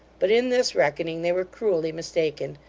but in this reckoning they were cruelly mistaken,